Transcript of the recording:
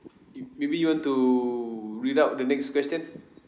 maybe you want to read out the next question